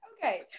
Okay